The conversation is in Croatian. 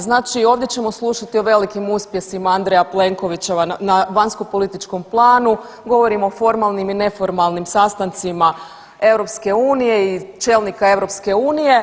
Znači ovdje ćemo slušati o velikim uspjesima Andreja Plenkovića na vanjsko političkom planu, govorim o formalnim i neformalnim sastancima EU i čelnika EU.